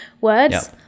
words